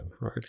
right